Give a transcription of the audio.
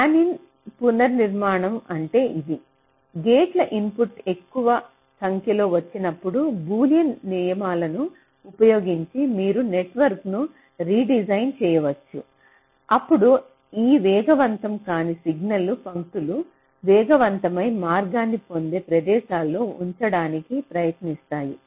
fan-in పునర్నిర్మాణం అంటే ఇది గేట్ల ఇన్పుట్ ఎక్కువ సంఖ్యలో వచ్చినప్పుడు బూలియన్ నియమాలను ఉపయోగించి మీరు నెట్వర్క్ను రీడిజైన్ చేయవచ్చు అప్పుడు ఈ వేగవంతం కానీ సిగ్నల్ పంక్తులు వేగవంతమైన మార్గాన్ని పొందే ప్రదేశంలో ఉంచడానికి ప్రయత్నిస్తాయి